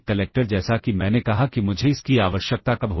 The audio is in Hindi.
और फिर मैंने रिटर्न डाल दिया तो क्या होगा